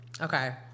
Okay